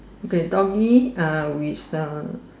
okay doggie ah which the